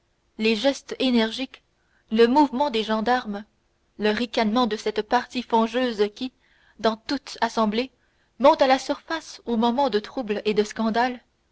les gestes énergiques le mouvement des gendarmes le ricanement de cette partie fangeuse qui dans toute assemblée monte à la surface aux moments de trouble et de scandale